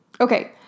Okay